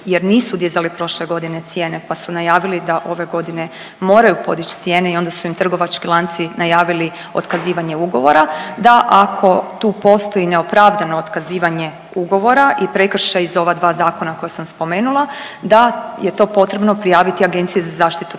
jer nisu dizali prošle godine cijene pa su najavili da ove godine moraju podić cijene i onda su im trgovački lanci najavili otkazivanje ugovora da ako tu postoji neopravdano otkazivanje ugovora i prekršaj iz ova dva zakona koja sam spomenula da je to potrebno prijaviti Agenciji za zaštitu tržišnog